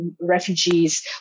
refugees